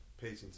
patience